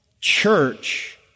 church